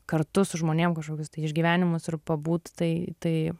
kartu su žmonėm kažkokius tai išgyvenimus ir pabūt tai tai